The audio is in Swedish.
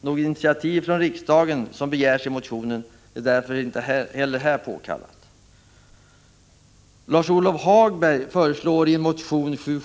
Något initiativ från riksdagen, som begärs i motionen, är därför inte påkallat.